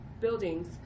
buildings